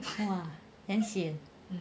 !wah! then sian